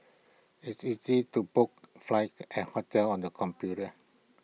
it's easy to book flights and hotels on the computer